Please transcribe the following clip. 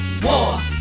War